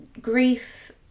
grief